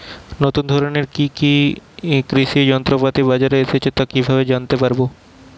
নতুন ধরনের কি কি কৃষি যন্ত্রপাতি বাজারে এসেছে তা কিভাবে জানতেপারব?